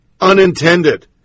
unintended